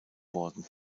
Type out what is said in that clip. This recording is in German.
worden